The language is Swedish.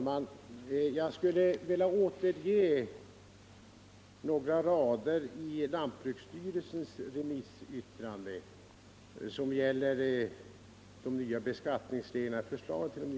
Herr talman! Jag vill läsa upp några rader ur lantbruksstyrelsens remissyttrande över förslaget till nya beskattningsregler som det är utformat i promemorian.